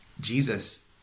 Jesus